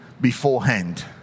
beforehand